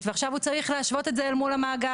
ועכשיו הוא צריך להשוות את זה אל מול המאגר,